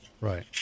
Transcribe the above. Right